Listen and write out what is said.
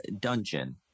dungeon